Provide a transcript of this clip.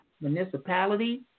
municipality